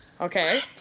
Okay